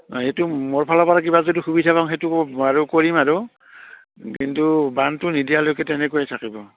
অঁ সেইটো মোৰ ফালৰপৰা কিবা যদি সুবিধা পাওঁ সেইটো বাৰু কৰিম আৰু কিন্তু বান্ধটো নিদিয়ালৈকে তেনেকৈয়ে থাকিব